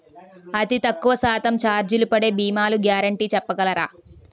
అతి తక్కువ శాతం ఛార్జీలు పడే భీమాలు గ్యారంటీ చెప్పగలరా?